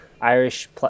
Irish